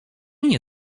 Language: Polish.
nie